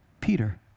Peter